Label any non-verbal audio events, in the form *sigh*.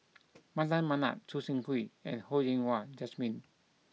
*noise* Mardan Mamat Choo Seng Quee and Ho Yen Wah Jesmine